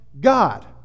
God